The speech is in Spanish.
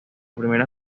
primera